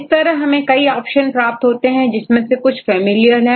इस तरह हमें कई ऑप्शन प्राप्त होते हैं जिसमें से कुछ फैमिलियल हैं